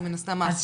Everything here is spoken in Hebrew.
אז מן הסתם האחוזים.